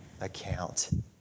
account